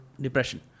depression